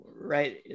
Right